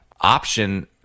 option